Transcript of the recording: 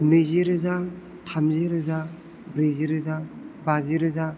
नैजि रोजा थामजि रोजा ब्रैजि रोजा बाजि रोजा